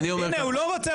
הינה, הוא לא רוצה.